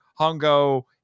Hongo